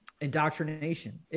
indoctrination